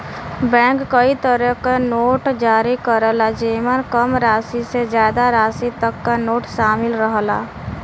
bank कई तरे क नोट जारी करला जेमन कम राशि से जादा राशि तक क नोट शामिल रहला